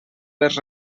les